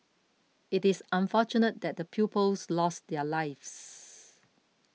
it is unfortunate that the pupils lost their lives